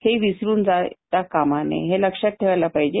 हे विसरुन जाता कामा नये हे लक्षात ठेवायला पाहिजे